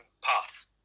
path